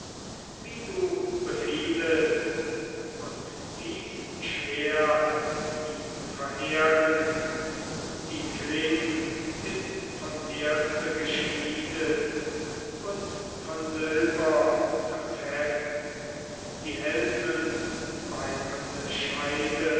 wie du befiehlest und dies schwert ihm verehren die kling ist von erze geschmiedet und von silber das heft die elfenbeinerne